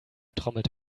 trommelte